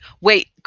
Wait